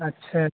अच्छा